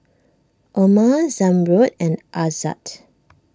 Omar Zamrud and Aizat